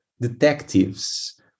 detectives